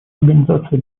организации